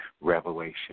revelation